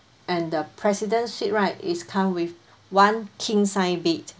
and the president suite right is come with one king size bed